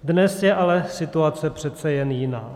Dnes je ale situace přece jen jiná.